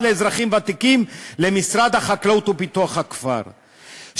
לשוויון חברתי למשרד החקלאות ופיתוח הכפר,